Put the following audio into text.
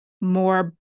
more